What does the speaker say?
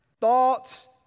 thoughts